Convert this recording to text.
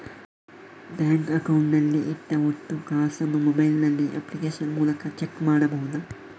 Bank account ನಲ್ಲಿ ಇಟ್ಟ ಒಟ್ಟು ಕಾಸನ್ನು ಮೊಬೈಲ್ ನಲ್ಲಿ ಅಪ್ಲಿಕೇಶನ್ ಮೂಲಕ ಚೆಕ್ ಮಾಡಬಹುದಾ?